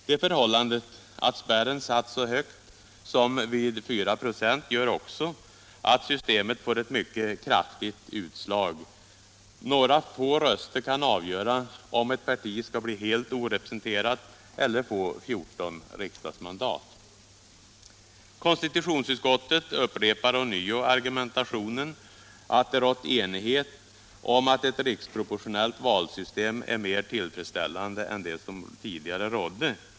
Det förhållandet att spärren satts så högt som vid 4 96 gör också att systemet får ett mycket kraftigt utslag. Några få röster kan avgöra om ett parti skall bli helt orepresenterat eller få 14 riksdagsmandat. Konstitutionsutskottet upprepar ånyo argumentationen att det rått enighet om att ett riksproportionellt valsystem är mer tillfredsställande än det som tidigare rådde.